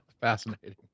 Fascinating